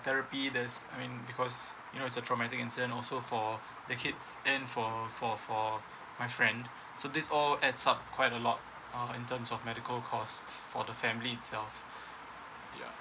therapy there's I mean because you know is a traumatic incidents and also for the kids and for for for my friend so this all adds up quite a lot um in terms of medical costs for the family itself ya